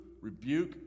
rebuke